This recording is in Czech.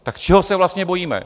Tak čeho se vlastně bojíme?